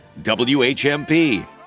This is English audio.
whmp